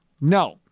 No